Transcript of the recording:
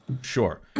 Sure